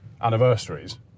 anniversaries